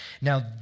Now